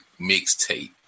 mixtape